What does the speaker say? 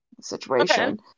situation